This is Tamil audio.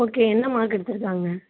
ஓகே என்ன மார்க்கு எடுத்துருக்காங்க